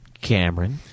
Cameron